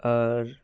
আর